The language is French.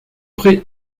près